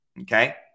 Okay